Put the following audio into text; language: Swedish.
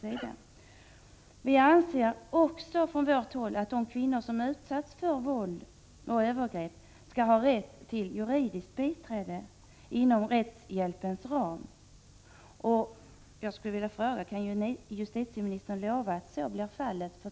Men vi inom centern anser också att de kvinnor som har utsatts för våld och övergrepp skall kunna ha rätt till juridiskt biträde inom rättshjälpens ram. Jag skulle vilja fråga: Kan justitieministern lova att så blir fallet?